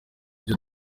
byo